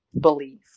belief